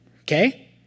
Okay